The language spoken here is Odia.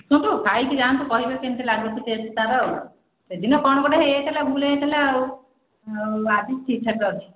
ଆସନ୍ତୁ ଖାଇକି ଯାନ୍ତୁ କହିବେ କେମିତି ଲାଗୁଚି ଟେଷ୍ଟ ତାର ଆଉ ସେଦିନ କ'ଣ ଗୋଟେ ହେଇଯାଇଥିଲା ଭୁଲ୍ ହେଇଯାଇଥିଲା ଆଉ ଆଜି ଠିକ୍ ଠାକ୍ ଅଛି